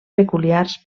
peculiars